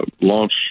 launch